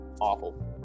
awful